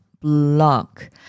block